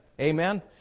Amen